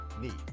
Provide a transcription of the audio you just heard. need